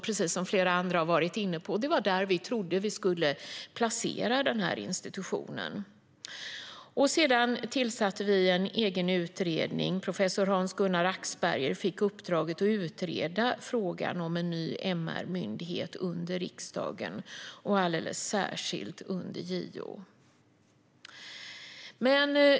Precis som flera andra har varit inne på var det nämligen där vi trodde att vi skulle placera den här institutionen. Sedan tillsatte vi en egen utredning - professor Hans-Gunnar Axberger fick uppdraget att utreda frågan om en ny MR-myndighet under riksdagen, och alldeles särskilt under JO.